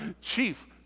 Chief